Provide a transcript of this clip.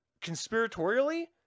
...conspiratorially